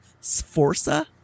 Sforza